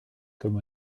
comme